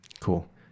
cool